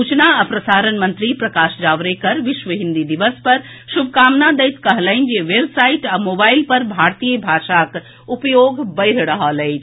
सूचना आ प्रसारण मंत्री प्रकाश जावड़ेकर विश्व हिन्दी दिवस पर शुभकामना दैत कहलनि जे वेबसाईट आ मोबाईल पर भारतीय भाषाक उपयोग बढ़ि रहल अछि